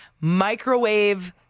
microwave